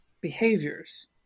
behaviors